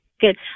Good